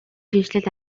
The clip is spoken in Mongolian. шинэчлэл